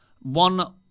one